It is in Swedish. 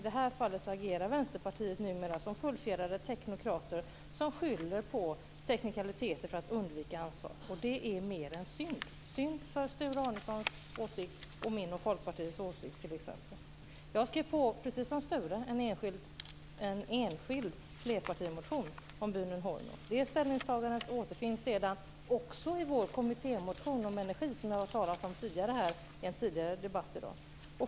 I det här fallet tycker jag att Vänsterpartiet agerar som fullfjädrade teknokrater som skyller på teknikaliteter för att undvika ansvar, och det är mer än synd. Det är synd med tanke på Sture Arnessons åsikt och med tanke på min och Folkpartiets åsikt t.ex. Jag skrev, precis som Sture, på en enskild flerpartimotion om byn Horno. Det ställningstagandet återfinns också i vår kommittémotion om energi som jag har talat om i en tidigare debatt i dag.